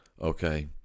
okay